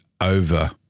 over